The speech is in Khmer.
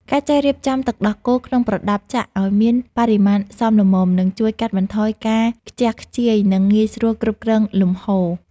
ការចេះរៀបចំទឹកដោះគោក្នុងប្រដាប់ចាក់ឱ្យមានបរិមាណសមល្មម នឹងជួយកាត់បន្ថយការខ្ជះខ្ជាយ និងងាយស្រួលគ្រប់គ្រងលំហូរ។